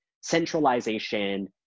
centralization